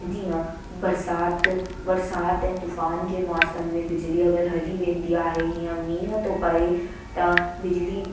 जीअं बरसात बरसात ऐं तूफान जे मौसम में बि बिजली अगरि हली वेंदी आहे हीअं मींहं तो पए त बिजली